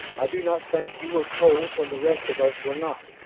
i do not think you were told when the rest of us were not